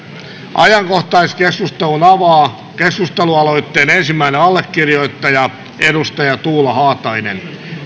ajankohtaiskeskustelun avaa keskustelualoitteen ensimmäinen allekirjoittaja tuula haatainen